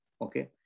Okay